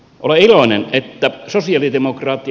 ole iloinen että sosialidemokraatti